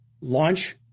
launch